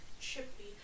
Chippy